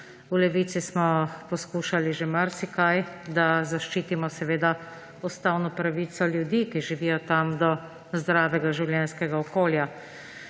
V Levici smo poskušali že marsikaj, da zaščitimo ustavno pravico ljudi, ki tam živijo, do zdravega življenjskega okolja.